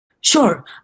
Sure